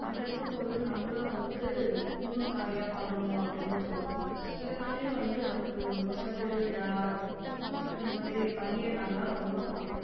அப்படி இருக்கும் போது நம்மளும் வந்து இன்னும் நிறையா பண்ணணும் அப்படின்னு தோணும் இதனாலேயே வந்து நம்மளுக்கு மோஸ்ட்டாக திருவிழா இந்த மாதிரி பண்டிகை நாளெலாம் ரொம்ப பிடிக்கும்